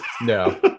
No